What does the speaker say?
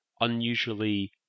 unusually